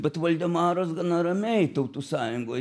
bet valdemaras gana ramiai tautų sąjungoj